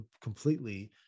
completely